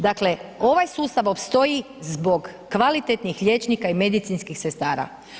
Dakle ovaj sustav opstoji zbog kvalitetnih liječnika i medicinskih sestara.